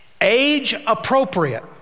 age-appropriate